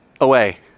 away